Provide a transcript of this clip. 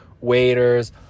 Waiters